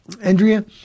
Andrea